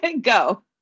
Go